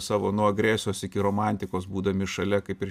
savo nuo agresijos iki romantikos būdami šalia kaip ir